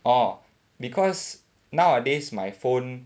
orh because nowadays my phone